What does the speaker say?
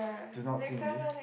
do not sing you see